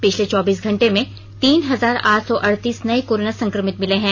पिछले चौबीस घंटे में तीन हजार आठ सौ अड़तीस नए कोरोना संक्रमित मिले हैं